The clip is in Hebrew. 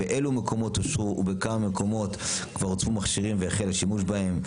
באלו מקומות אושרו ובכמה מקומות כבר הוצבו מכשירים והחל השימוש בהם.